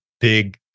big